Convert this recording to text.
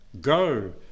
go